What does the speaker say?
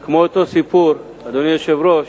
של אותו סיפור, אדוני היושב-ראש,